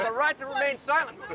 ah right to remain silent!